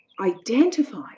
identify